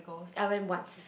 I went once